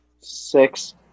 Six